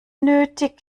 nötig